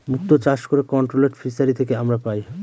মুক্ত চাষ করে কন্ট্রোলড ফিসারী থেকে আমরা পাই